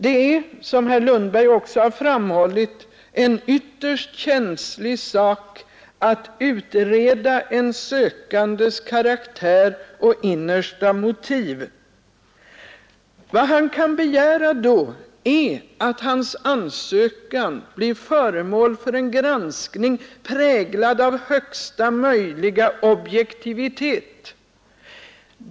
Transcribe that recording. Det är, som herr Lundberg också framhållit, en ytterst känslig sak att utreda en sökandes karaktär och innersta motiv. Vad denne kan begära är att hans ansökan blir föremål för en granskning som präglas av största möjliga objektivitet.